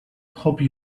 hope